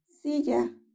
Silla